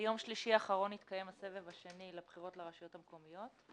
ביום שלישי האחרון התקיים הסבב השני לבחירות לרשויות המקומיות.